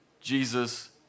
Jesus